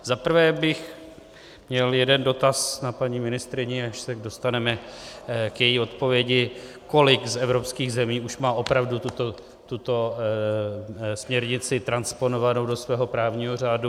Za prvé bych měl jeden dotaz na paní ministryni, až se dostaneme k její odpovědi, kolik z evropských zemí už má opravdu tuto směrnici transponovanou do svého právního řádu.